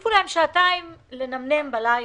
הוסיפו להם שעתיים כדי לנמנם בלילה.